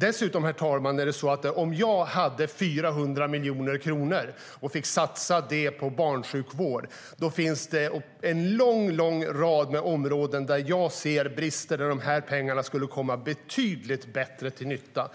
Herr talman! Om jag hade 400 miljoner kronor och fick satsa dem på barnsjukvård finns det en lång rad områden där jag ser brister och där pengarna skulle komma till betydligt bättre nytta.